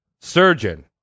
surgeon